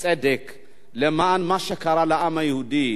למען מה שקרה לעם היהודי לא נוכל